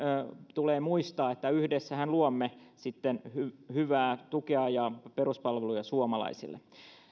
tulee muistaa että yhdessähän luomme sitten hyvää tukea ja peruspalveluja suomalaisille